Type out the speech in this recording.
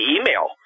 email